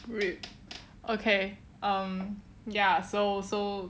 wait okay um ya so so